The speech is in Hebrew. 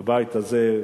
בבית הזה,